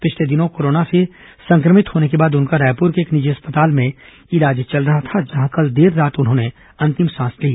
पिछले दिनों कोरोना से संक्रमित होने के बाद उनका रायपुर के एक निजी अस्पताल में इलाज चल रहा था जहां कल देर रात उन्होंने अंतिम सांस ली